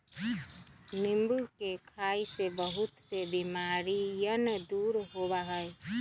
नींबू के खाई से बहुत से बीमारियन दूर होबा हई